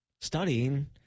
studying